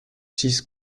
six